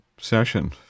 session